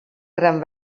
gran